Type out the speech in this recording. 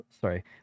Sorry